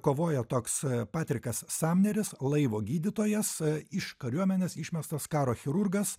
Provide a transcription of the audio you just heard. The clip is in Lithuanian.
kovoja toks patrikas samneris laivo gydytojas iš kariuomenės išmestas karo chirurgas